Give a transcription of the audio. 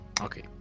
okay